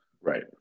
Right